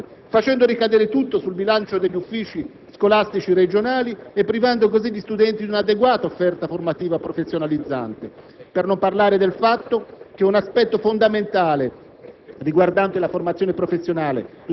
che non danno corso alla formazione professionale, facendo ricadere tutto sul bilancio degli uffici scolastici regionali e privando così gli studenti di una adeguata offerta formativa professionalizzante. Per non parlare del fatto che un aspetto fondamentale